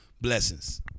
Blessings